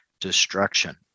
destruction